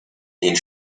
den